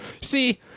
See